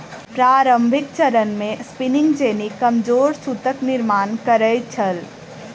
प्रारंभिक चरण मे स्पिनिंग जेनी कमजोर सूतक निर्माण करै छल